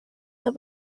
have